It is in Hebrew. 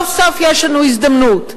איך היא נותנת לעבריינים כאלה,